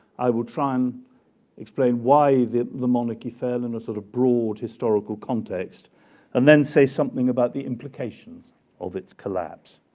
i will try and explain why the the monarchy fell in a sort of broad historical context and then say something about the implications of its collapse.